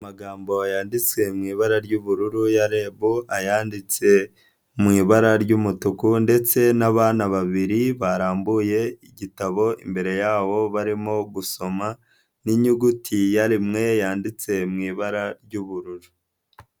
Amagambo yanditswe mu ibara ry'ubururu ya REB, ayanditse mu ibara ry'umutuku, ndetse n'abana babiri barambuye igitabo imbere yabo barimo gusoma n'inyuguti yaremwe, yanditse mu ibara ry'ubururu.